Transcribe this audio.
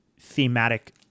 thematic